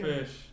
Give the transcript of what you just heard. Fish